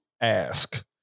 ask